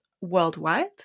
worldwide